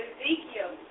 Ezekiel